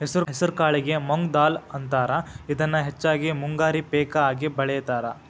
ಹೆಸರಕಾಳಿಗೆ ಮೊಂಗ್ ದಾಲ್ ಅಂತಾರ, ಇದನ್ನ ಹೆಚ್ಚಾಗಿ ಮುಂಗಾರಿ ಪೇಕ ಆಗಿ ಬೆಳೇತಾರ